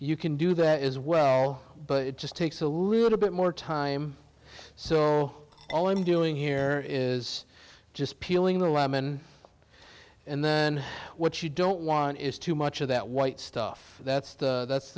you can do that as well but it just takes a little bit more time so all i'm doing here is just peeling the lemon and then what you don't want is too much of that white stuff that's the that's